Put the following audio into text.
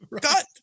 God